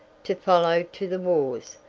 to follow to the wars,